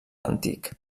antic